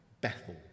Bethel